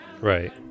right